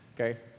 okay